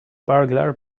burglar